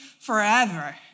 forever